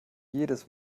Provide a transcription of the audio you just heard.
jedes